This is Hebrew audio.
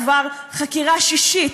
כבר חקירה שישית,